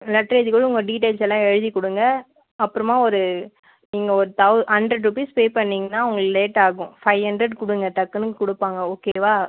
letter எழுதிக் கொடுங்க உங்க டீடையல்ஸ்லாம் எழுதிக் கொடுங்க அப்புறமா ஒரு நீங்கள் ஒரு தெள ஹண்ட்ரட் ரூபீஸ் பே பண்ணிங்கனா உங்களுக்கு லேட் ஆகும் ஃபைவ் ஹண்ட்ரட் கொடுங்க டக்குன்னு கொடுப்பாங்க ஓகேவா